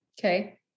Okay